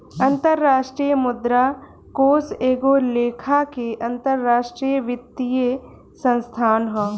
अंतरराष्ट्रीय मुद्रा कोष एगो लेखा के अंतरराष्ट्रीय वित्तीय संस्थान ह